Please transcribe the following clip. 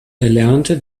erlernte